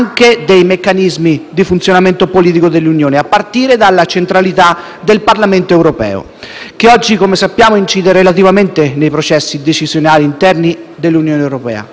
che oggi, come sappiamo, incide relativamente nei processi decisionali interni dell'Unione europea. Non basta. L'Unione europea deve avere una strategia industriale di sostegno alla ricerca e all'innovazione